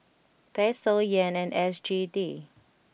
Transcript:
Peso Yen and S G D